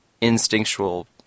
instinctual